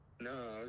No